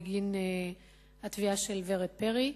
בגין התביעה של ורד פרי,